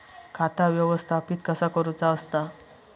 खाता व्यवस्थापित कसा करुचा असता?